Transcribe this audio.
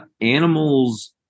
animals